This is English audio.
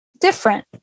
different